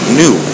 new